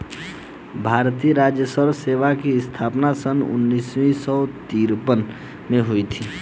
भारतीय राजस्व सेवा की स्थापना सन उन्नीस सौ तिरपन में हुई थी